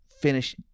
finish